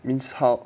means how